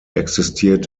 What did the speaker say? existiert